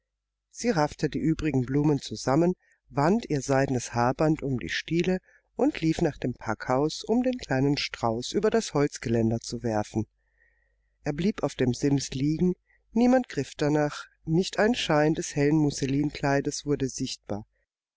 sie raffte die übrigen blumen zusammen wand ihr seidenes haarband um die stiele und lief nach dem packhaus um den kleinen strauß über das holzgeländer zu werfen er blieb auf dem sims liegen niemand griff danach nicht ein schein des hellen musselinkleides wurde sichtbar